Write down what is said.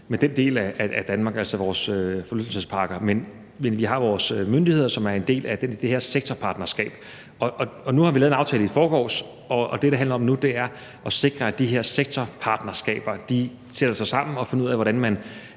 med den del af Danmark, altså vores forlystelsesparker. Men vi har vores myndigheder, som er en del af det her sektorpartnerskab. Og nu har vi lavet en aftale i forgårs, og det, det handler om nu, er at sikre, at de her sektorpartnerskaber sætter sig sammen og finder ud af, hvordan man